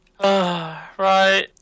Right